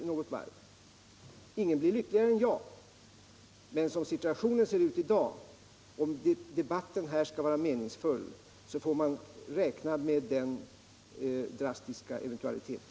Ingen blir i så fall lyckligare än jag. Men som situationen ser ut i dag får man, om debatten här skall vara meningsfull, räkna med den drastiska eventualiteten.